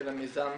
של המיזם